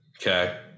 okay